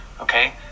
Okay